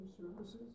services